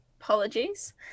apologies